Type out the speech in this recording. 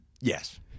yes